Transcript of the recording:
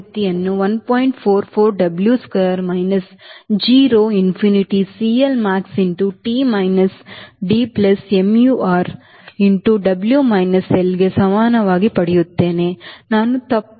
44 W square by g rho infinity CLmax into T minus D plus mu r into W minus L ಗೆ ಸಮನಾಗಿ ಪಡೆಯುತ್ತೇನೆ